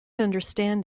understand